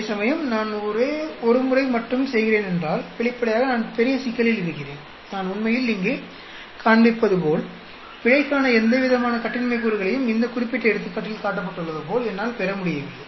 அதேசமயம் நான் ஒரு முறை மட்டுமே செய்கிறேன் என்றால் வெளிப்படையாக நான் பெரிய சிக்கலில் இருக்கிறேன் நான் உண்மையில் இங்கே காண்பிப்பதுபோல் பிழைக்கான எந்தவிதமான கட்டின்மை கூறுகளையும் இந்த குறிப்பிட்ட எடுத்துக்காட்டில் காட்டப்பட்டுள்ளது போல் என்னால் பெற முடியவில்லை